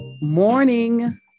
morning